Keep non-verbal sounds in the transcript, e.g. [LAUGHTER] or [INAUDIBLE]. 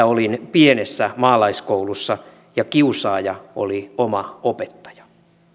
[UNINTELLIGIBLE] olin pienessä maalaiskoulussa ja kiusaaja oli oma opettaja